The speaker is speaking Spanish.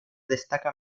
destaca